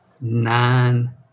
nine